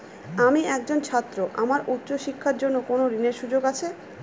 আমি একজন ছাত্র আমার উচ্চ শিক্ষার জন্য কোন ঋণের সুযোগ আছে?